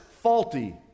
faulty